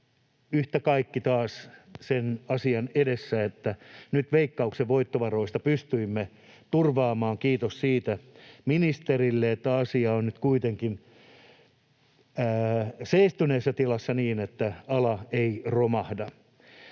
yhtä kaikki taas sen asian edessä, että nyt Veikkauksen voittovaroista pystyimme turvaamaan — kiitos siitä ministerille — että asia on nyt kuitenkin seestyneessä tilassa niin, että ala ei romahda.